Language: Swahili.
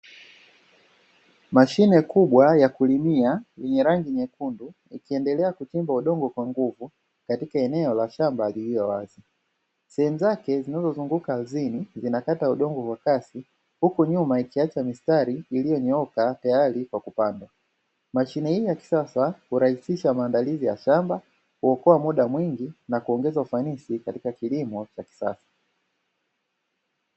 Mashine kubwa ya kulimia yenye rangi nyekundu, ikiendelea kuchimba udongo kwa nguvu katika eneo la shamba lililo wazi. Sehemu zake zinazozunguka ardhini zinakata udongo kwa kasi, huku nyuma ikiacha mistari iliyonyooka, tayari kwa kupandwa. Mashine hiyo ya kisasa hurahisisha maandalizi ya shamba, kuokoa muda mwingi na kuongeza ufanisi katika kilimo cha kisasa.